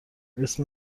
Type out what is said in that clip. اسم